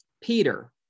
Peter